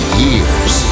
years